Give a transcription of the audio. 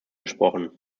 gesprochen